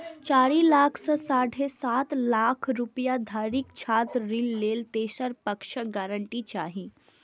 चारि लाख सं साढ़े सात लाख रुपैया धरिक छात्र ऋण लेल तेसर पक्षक गारंटी चाही